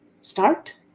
start